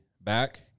Back